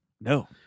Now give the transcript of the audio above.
No